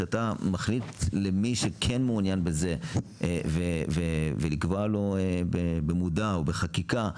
כשאתה מחליט למי שכן מעוניין בזה ולקבוע לו במודע או בחקיקה,